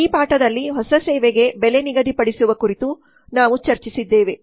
ಈ ಪಾಠದಲ್ಲಿ ಹೊಸ ಸೇವೆಗೆ ಬೆಲೆ ನಿಗದಿಪಡಿಸುವ ಕುರಿತು ನಾವು ಚರ್ಚಿಸಿದ್ದೇವೆ